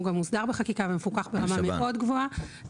והוא גם מוסדר בחקיקה ומפוקח ברמה מאוד גבוהה.